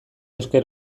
esker